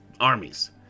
armies